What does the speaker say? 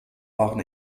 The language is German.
waren